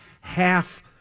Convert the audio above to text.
half